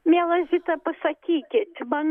miela zita pasakykit man